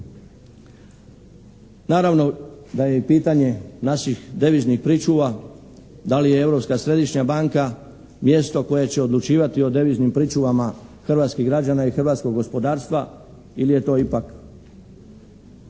Naravno da je i pitanje naših deviznih pričuva da li je Europska središnja banka mjesto koje će odlučivati o deviznim pričuvama hrvatskih građana i hrvatskog gospodarstva ili je to ipak